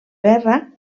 guerra